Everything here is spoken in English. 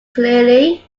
clearly